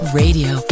radio